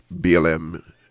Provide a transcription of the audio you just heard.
BLM